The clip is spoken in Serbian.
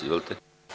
Izvolite.